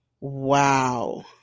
wow